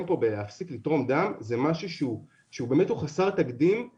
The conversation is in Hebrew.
פה בלהפסיק לתרום דם זה משהו שהוא חסר תקדים.